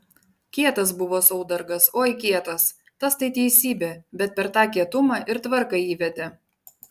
kietas buvo saudargas oi kietas tas tai teisybė bet per tą kietumą ir tvarką įvedė